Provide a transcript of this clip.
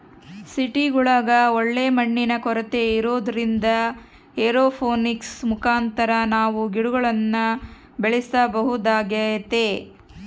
ಸಿಟಿಗುಳಗ ಒಳ್ಳೆ ಮಣ್ಣಿನ ಕೊರತೆ ಇರೊದ್ರಿಂದ ಏರೋಪೋನಿಕ್ಸ್ ಮುಖಾಂತರ ನಾವು ಗಿಡಗುಳ್ನ ಬೆಳೆಸಬೊದಾಗೆತೆ